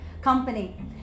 company